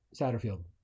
Satterfield